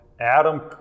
Adam